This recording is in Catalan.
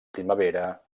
primavera